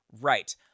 Right